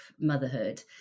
motherhood